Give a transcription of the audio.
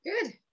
good